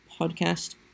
podcast